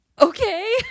Okay